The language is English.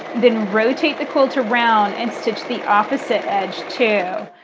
then rotate the quilt around and stitch the opposite edge, too.